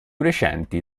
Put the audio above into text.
recenti